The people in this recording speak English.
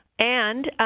and,